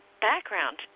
background